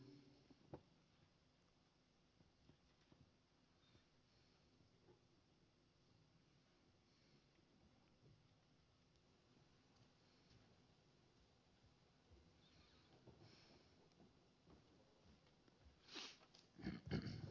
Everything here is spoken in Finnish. arvoisa puhemies